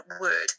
word